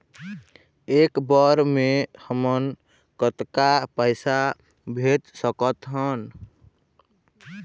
एक बर मे हमन कतका पैसा भेज सकत हन?